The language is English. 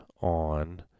on